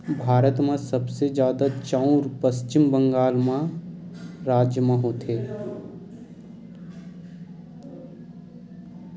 भारत म सबले जादा चाँउर पस्चिम बंगाल राज म होथे